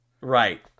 Right